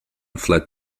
fled